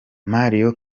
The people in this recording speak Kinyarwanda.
mario